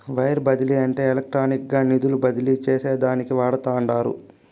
wire బదిలీ అంటే ఎలక్ట్రానిక్గా నిధులు బదిలీ చేసేదానికి వాడతండారు